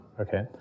okay